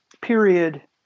period